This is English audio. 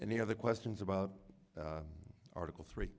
any other questions about article three